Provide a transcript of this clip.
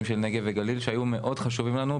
של נגב וגליל שהיו מאוד חשובים לנו,